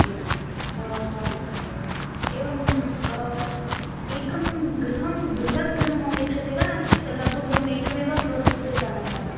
एवम् एवम् एकं गृहं बृहत् गृहमपेक्ष्यते वा नास्ति चेत् लघुगृहम् एकमेव फ़्लोर् अस्ति चेत् अलं वा